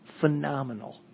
phenomenal